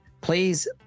Please